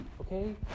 okay